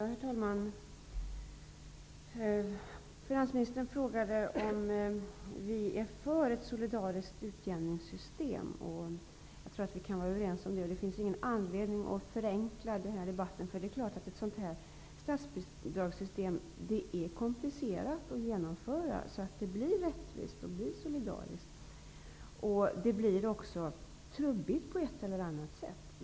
Herr talman! Finansministern frågade om vi är för ett solidariskt utjämningssystem. Jag tror att vi är överens om det. Det finns ingen anledning att förenkla den här debatten -- det är klart att det är komplicerat att genomföra ett sådant här statsbidragssystem så att det blir solidariskt och rättvist. Det är ett instrument som måste bli trubbigt på ett eller annat sätt.